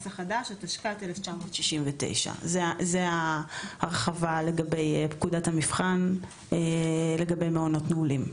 התשכ"ט 1969"; זו ההרחבה לגבי פקודת המבחן לגבי מעונות נעולים.